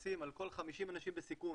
ולשים על כל 50 אנשים בסיכון